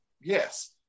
Yes